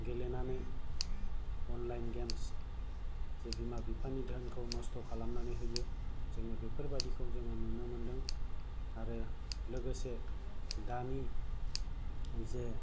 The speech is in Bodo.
गेलेनानै अनलाइन गेम्स जे बिमा बिफानि धोनखौ नस्थ' खालामनानै होयो जोङो बेफोरबादिखौ जोङो नुनो मोनदों आरो लोगोसे दानि जे